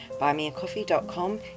buymeacoffee.com